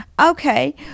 okay